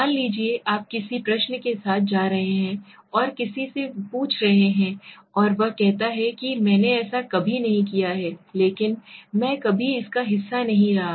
मान लीजिए आप किसी प्रश्न के साथ जा रहे हैं और किसी से पूछ रहे हैं और वह कहता है कि मैंने ऐसा कभी नहीं किया है क्योंकि मैं कभी इसका हिस्सा नहीं रहा